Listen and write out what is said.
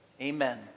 Amen